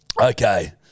Okay